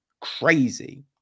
crazy